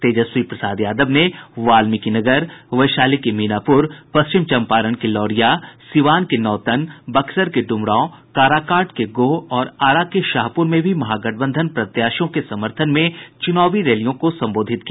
तेजस्वी प्रसाद यादव ने वाल्मिकीनगर वैशाली के मीनापुर पश्चिम चंपारण के लौरिया सिवान के नौतन बक्सर के डुमरांव काराकाट के गोह और आरा के शाहपुर में भी महागठबंधन प्रत्याशियों के समर्थन में चुनावी सभाओं को संबोधित किया